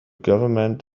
government